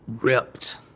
ripped